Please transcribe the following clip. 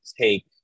take